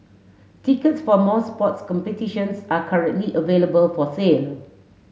tickets for most sports competitions are currently available for sale